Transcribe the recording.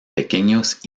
pequeños